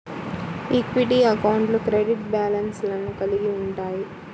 equity అకౌంట్లు credit బ్యాలెన్స్లను కలిగి ఉంటయ్యి